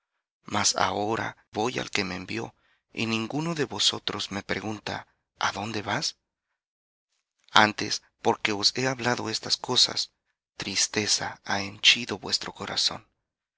mas ahora voy al que me envió y ninguno de vosotros me pregunta adónde vas antes porque os he hablado estas cosas tristeza ha henchido vuestro corazón